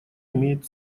имеет